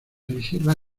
reserva